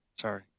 Sorry